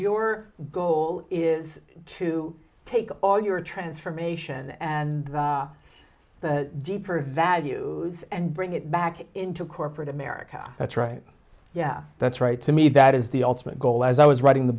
your goal is to take all your transformation and the deeper values and bring it back into corporate america that's right yeah that's right to me that is the ultimate goal as i was writing the